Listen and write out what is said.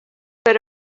per